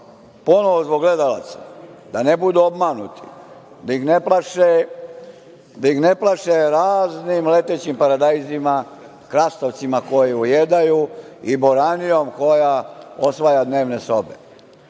ponovo, zbog gledalaca, da ne budu obmanuti, da ih ne plaše raznim letećim paradajzima, krastavcima koji ujedaju i boranijom koja osvaja dnevne sobe